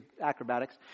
acrobatics